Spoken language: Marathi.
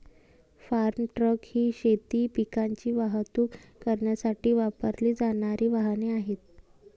फार्म ट्रक ही शेती पिकांची वाहतूक करण्यासाठी वापरली जाणारी वाहने आहेत